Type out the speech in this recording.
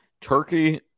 Turkey